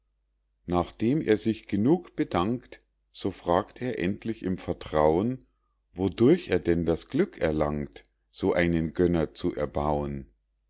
nachdem er sich genug bedankt so fragt er endlich im vertrauen wodurch er denn das glück erlangt so einen gönner zu erbauen